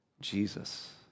Jesus